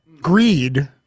Greed